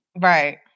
Right